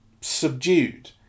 subdued